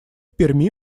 перми